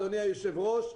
אדוני היושב-ראש.